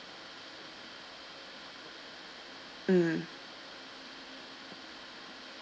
mm